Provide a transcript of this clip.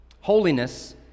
Holiness